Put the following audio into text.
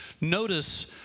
Notice